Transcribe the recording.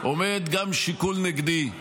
עומד גם שיקול נגדי,